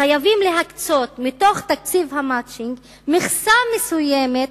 חייבים להקצות מתוך תקציב ה"מצ'ינג" מכסה מסוימת